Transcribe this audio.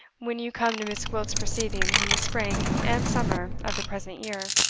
when you come to miss gwilt's proceedings in the spring and summer of the present year.